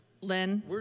Len